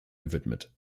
gewidmet